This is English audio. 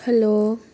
hello